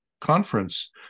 conference